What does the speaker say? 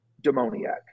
demoniac